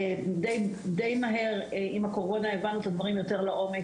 די מהר עם הקורונה הבנו את הדברים יותר לעומק,